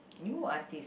new artist